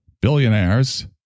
Billionaires